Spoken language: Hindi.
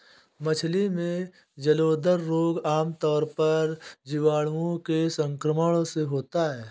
मछली में जलोदर रोग आमतौर पर जीवाणुओं के संक्रमण से होता है